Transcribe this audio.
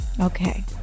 Okay